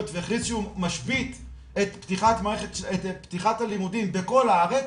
ויחליט שהוא משבית את פתיחת הלימודים בכל הארץ,